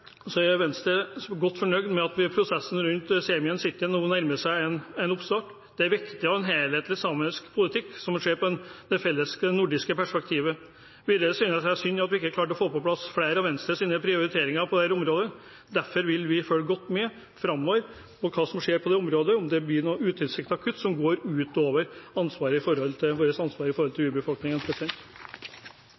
er Venstre godt fornøyd med at vi i prosessen rundt Saemien Sitje nå nærmer oss en oppstart. Det er viktig å ha en helhetlig samisk politikk som vi ser i et felles nordisk perspektiv. Videre synes jeg det er synd at vi ikke klarte å få på plass flere av Venstres prioriteringer på dette området. Derfor vil vi følge godt med framover på hva som skjer på området, om det blir noen utilsiktede kutt som går